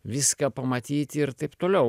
viską pamatyti ir taip toliau